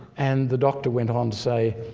and the doctor went on say,